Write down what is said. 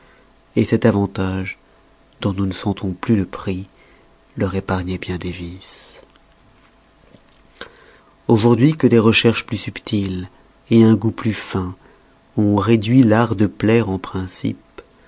cet avantage dont nous ne sentons plus le prix leur épargnoit bien des vices aujourd'hui que des recherches plus subtiles un goût plus fin ont réduit l'art de plaire en principes